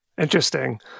Interesting